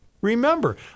Remember